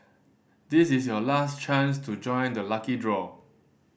this is your last chance to join the lucky draw